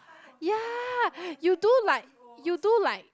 ya you do like you do like